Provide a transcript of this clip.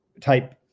type